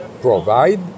provide